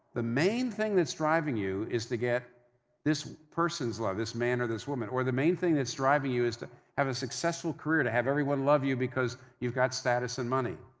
the main thing that's driving you is to get this person's love, this man or this woman. or the main thing that's driving you is to have a successful career, to have everyone love you because you've got status and money.